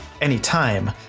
anytime